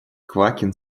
квакин